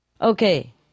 Okay